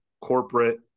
corporate